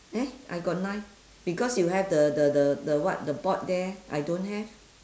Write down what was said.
eh I got nine because you have the the the the what the board there I don't have